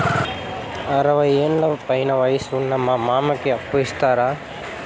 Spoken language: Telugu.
అరవయ్యేండ్ల పైన వయసు ఉన్న మా మామకి అప్పు ఇస్తారా